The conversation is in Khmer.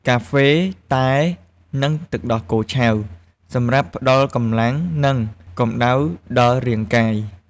កាហ្វេ តែ ឬទឹកដោះគោឆៅ សម្រាប់ផ្តល់កម្លាំង និងកំដៅដល់រាងកាយ។